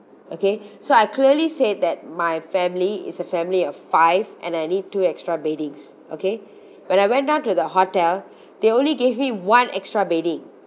okay so I clearly said that my family is a family of five and I need two extra beddings okay when I went down to the hotel they only gave me one extra bedding